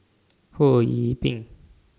Ho Yee Ping